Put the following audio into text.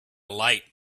light